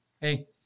hey